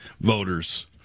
voters